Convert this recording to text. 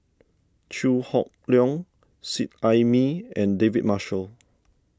Chew Hock Leong Seet Ai Mee and David Marshall